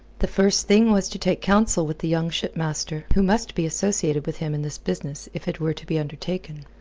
the first thing was to take counsel with the young shipmaster, who must be associated with him in this business if it were to be undertaken.